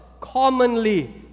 commonly